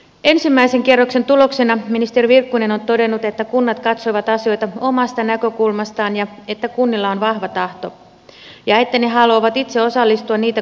ensimmäisen kierroksen tuloksena ministeri virkkunen on todennut että kunnat katsoivat asioita omasta näkökulmastaan ja että kunnilla on vahva tahto ja että ne haluavat itse osallistua niitä koskevaan päätöksentekoon